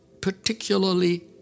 particularly